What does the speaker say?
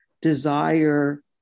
desire